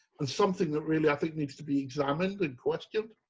and something that really i think needs to be examined and questioned.